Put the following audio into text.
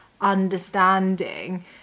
understanding